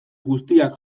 guztiak